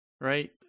right